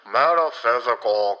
metaphysical